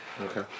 Okay